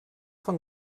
von